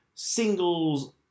Singles